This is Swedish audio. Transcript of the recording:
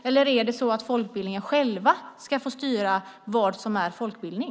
Eller är det så att folkbildningen själv ska få styra vad som är folkbildning?